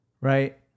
right